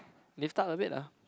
they start of it lah